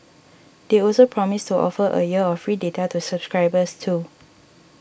they also promised to offer a year of free data to subscribers too